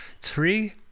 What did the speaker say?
Three